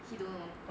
he don't know